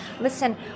listen